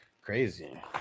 Crazy